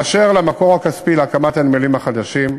2. באשר למקור הכספי להקמת הנמלים החדשים,